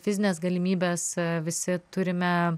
fizines galimybes visi turime